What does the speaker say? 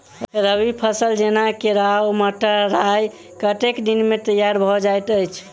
रबी फसल जेना केराव, मटर, राय कतेक दिन मे तैयार भँ जाइत अछि?